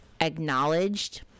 acknowledged